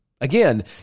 Again